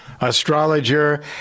Astrologer